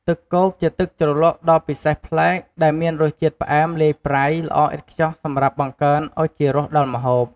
ទឹកគោកជាទឹកជ្រលក់ដ៏ពិសេសប្លែក ដែលមានរសជាតិផ្អែមលាយប្រៃ ល្អឥតខ្ចោះសម្រាប់បង្កើនឱជារសដល់ម្ហូប។